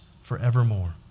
forevermore